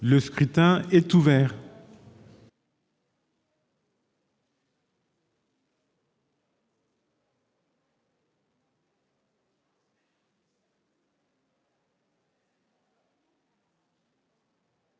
Le scrutin est ouvert.